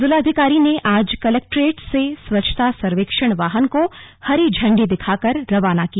जिलाधिकारी ने आज कलेक्ट्रेट से स्वच्छता सर्वेक्षण वाहन को हरी झण्डी दिखाकर रवाना किया